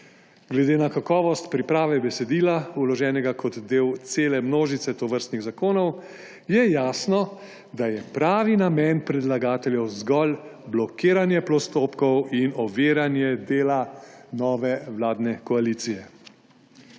Glede na kakovost priprave besedila, vloženega kot del cele množice tovrstnih zakonov, je jasno, da je pravi namen predlagateljev zgolj blokiranje postopkov in oviranje dela nove vladne koalicije.